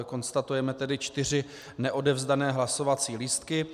Konstatujeme tedy čtyři neodevzdané hlasovací lístky.